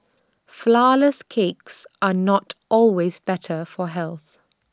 Flourless Cakes are not always better for health